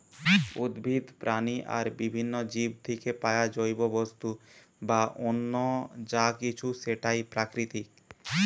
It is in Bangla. উদ্ভিদ, প্রাণী আর বিভিন্ন জীব থিকে পায়া জৈব বস্তু বা অন্য যা কিছু সেটাই প্রাকৃতিক